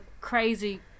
crazy